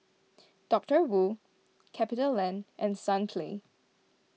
Doctor Wu CapitaLand and Sunplay